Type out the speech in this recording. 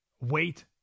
wait